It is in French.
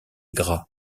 gras